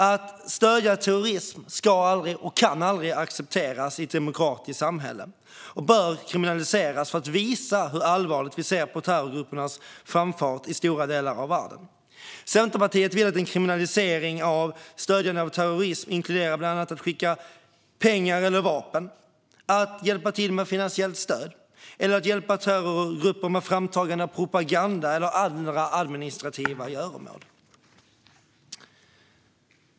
Att stödja terrorism kan aldrig accepteras i ett demokratiskt rättssamhälle och bör kriminaliseras för att visa hur allvarligt vi ser på terrorgruppernas framfart i stora delar av världen. Centerpartiet vill att en kriminalisering av stödjande av terrorism inkluderar bland annat att skicka pengar eller vapen, att hjälpa till med finansiellt stöd eller att hjälpa terrorgrupper med framtagande av propaganda eller med andra administrativa göromål.